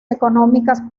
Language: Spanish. económicas